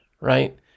right